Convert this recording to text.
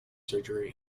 surgery